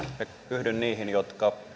yhdyn niihin jotka